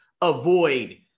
avoid